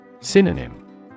Synonym